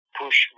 push